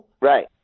Right